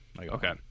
Okay